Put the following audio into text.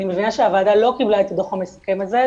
אני מבינה שהוועדה לא קיבלה את הדוח המסכם הזה,